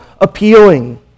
appealing